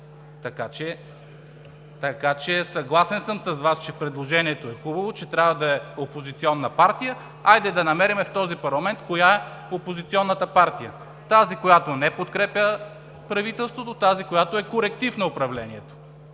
Така че съгласен съм с Вас, че предложението е хубаво, че трябва да е опозиционна партия. Хайде да намерим в този парламент коя е опозиционната партия – тази, която не подкрепя правителството, тази която е коректив на управлението.